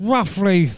Roughly